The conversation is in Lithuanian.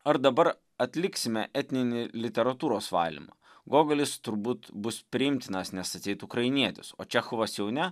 ar dabar atliksime etninį literatūros valymą gogolis turbūt bus priimtinas nes atseit ukrainietis o čechovas jau ne